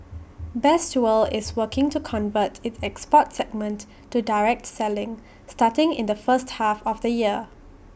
best world is working to convert its export segment to direct selling starting in the first half of the year